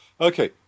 okay